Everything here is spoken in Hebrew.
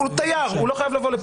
הוא תייר, הוא לא חייב לבוא לפה.